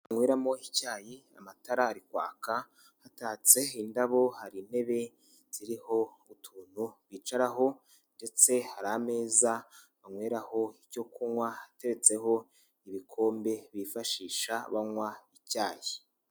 Banyweramo icyayi amatara ari kwaka hatatse indabo hari intebe ziriho utuntu bicaraho, ndetse hari ameza banyweraho icyo kunywa ateretseho ibikombe bifashisha banywa icyayi.